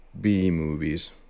B-movies